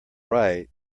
right